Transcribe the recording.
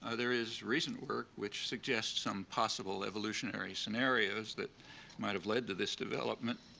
ah there is recent work which suggests some possible evolutionary scenarios that might have led to this development.